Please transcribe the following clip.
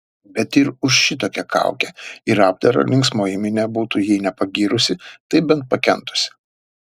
bet ir už šitokią kaukę ir apdarą linksmoji minia būtų jei ne pagyrusi tai bent pakentusi